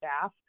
staff